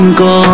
go